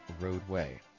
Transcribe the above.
roadway